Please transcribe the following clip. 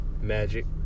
Magic